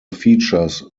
features